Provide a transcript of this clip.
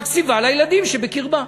מקציבה לילדים שבקרבה.